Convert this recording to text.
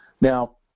Now